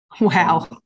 wow